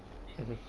mmhmm